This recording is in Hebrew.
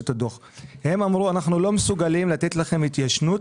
הם אמרו: אנחנו לא מסוגלים לתת לכם התיישנות